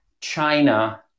China